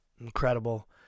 Incredible